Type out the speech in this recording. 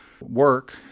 work